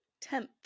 Tenth